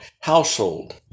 household